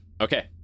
Okay